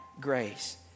grace